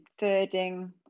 thirding